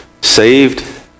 saved